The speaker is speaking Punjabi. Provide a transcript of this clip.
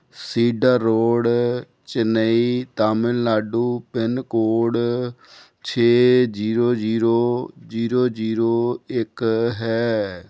seeder road Chennai Tamil Nadu pin code ਛੇ ਜੀਰੋ ਜੀਰੋ ਜੀਰੋ ਜੀਰੋ ਇੱਕ ਹੈ